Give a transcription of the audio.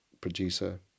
producer